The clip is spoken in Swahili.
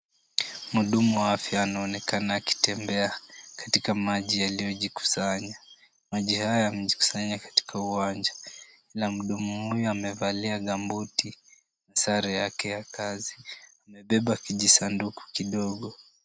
Mhudumu wa afya anaonekana akitembea katika maji yaliyojikusanya. Maji haya yamejikusanya katika uwanja na mhudumu huyo amevalia gumboot na sare yake ya kazi amebeba kijisanduku kidogo.